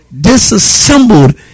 disassembled